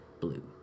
Blue